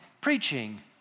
preaching